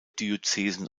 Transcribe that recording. diözesen